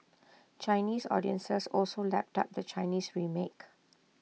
Chinese audiences also lapped up the China remake